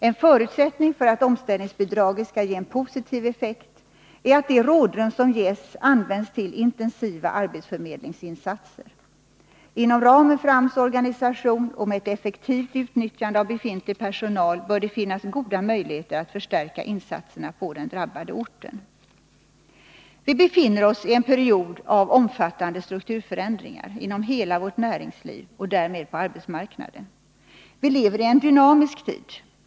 En förutsättning för att omställningsbidraget skall ge en positiv effekt är att det rådrum som ges används till intensiva arbetsförmedlingsinsatser. Inom ramen för AMS organisation och med ett effektivt utnyttjande av befintlig personal bör det finnas goda möjligheter att förstärka insatserna på den drabbade orten. Vi befinner oss i en period av omfattande strukturförändringar inom hela vårt näringsliv och därmed på arbetsmarknaden. Vi lever i en dynamisk tid.